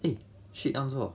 eh shit 他做么